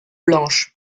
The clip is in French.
blanches